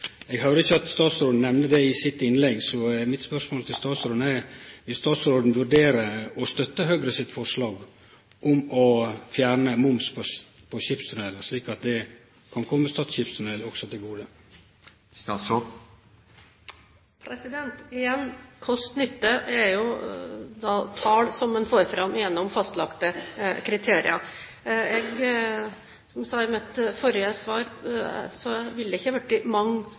Eg høyrde ikkje at statsråden nemnde det i sitt innlegg, så mitt spørsmål til statsråden er: Vil statsråden vurdere å støtte Høgre sitt forslag om å fjerne moms på skipstunnelar, slik at det kan komme Stad skipstunnel også til gode? Igjen: Kost–nytte er tall som en får fram gjennom fastlagte kriterier. Jeg sa i mitt forrige svar at det ville